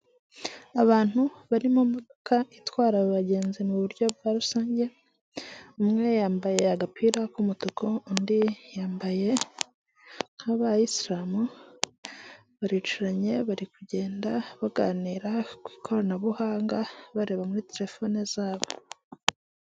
Abantu bari mu modoka itwara abagenzi mu buryo bwa rusange, umwe yambaye agapira k'umutuku, undi yambaye nk'abayisilamu, baricaranye bari kugenda baganira ku ikoranabuhanga, bareba muri telefone zabo.